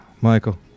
Michael